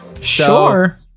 sure